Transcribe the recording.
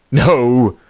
no